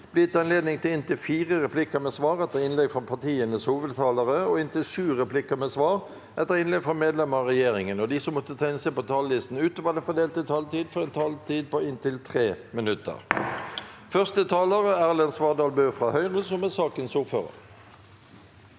gitt anledning til inntil fire replikker med svar etter innlegg fra partienes hovedtalere og inntil sju replikker med svar etter innlegg fra medlemmer av regjeringen, og de som måtte tegne seg på talerlisten utover den fordelte taletid, får en taletid på inntil 3 minutter. Erlend Svardal Bøe (H) (ordfører